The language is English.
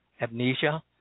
amnesia